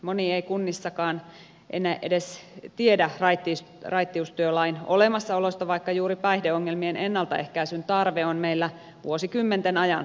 moni ei kunnissakaan edes tiedä raittiustyölain olemassaolosta vaikka juuri päihdeongel mien ennaltaehkäisyn tarve on meillä vuosikymmenten ajan kasvanut